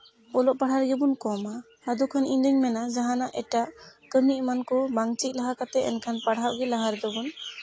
ᱚᱞᱚᱜ ᱯᱟᱲᱦᱟᱜ ᱨᱮᱜᱮᱵᱚᱱ ᱠᱚᱢᱟ ᱟᱫᱚ ᱠᱷᱟᱱ ᱤᱧᱫᱩᱧ ᱢᱮᱱᱟ ᱡᱟᱦᱟᱱᱟᱜ ᱮᱴᱟᱜ ᱠᱟᱹᱢᱤ ᱮᱢᱟᱱ ᱠᱚ ᱵᱟᱝ ᱪᱮᱫ ᱞᱟᱦᱟ ᱠᱟᱛᱮᱫ ᱮᱱᱠᱷᱟᱱ ᱯᱟᱲᱦᱟᱜ ᱜᱮ ᱞᱟᱦᱟ ᱨᱮᱫᱚ ᱵᱚᱱ